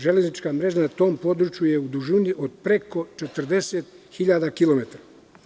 Železnička mreža na tom području je u dužini od preko 40 hiljada kilometara.